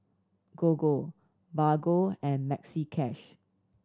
Gogo Bargo and Maxi Cash